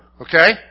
okay